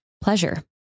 pleasure